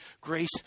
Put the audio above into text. Grace